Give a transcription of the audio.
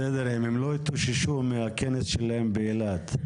בסדר, אם הם לא התאוששו מהכנס שלהם באילת.